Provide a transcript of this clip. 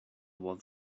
about